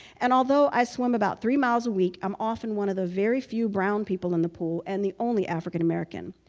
and although i swim about three miles a week, i'm often one of the few brown people in the pool and the only african american.